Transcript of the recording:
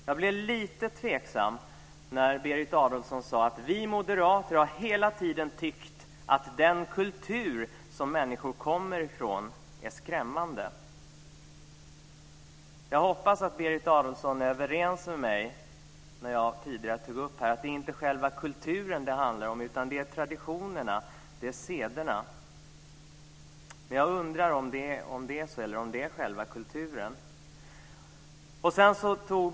Jag blev lite tveksam när Berit Adolfsson sade: Vi moderater har hela tiden tyckt att den kultur som människor kommer ifrån är skrämmande. Jag hoppas att Berit Adolfsson är överens med mig om det jag tog upp tidigare, att det inte är själva kulturen det handlar om utan att det är traditionerna, det är sederna. Jag undrar om det är så eller om det handlar om själva kulturen.